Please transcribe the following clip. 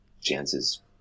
chances